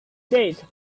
date